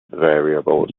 variables